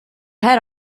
head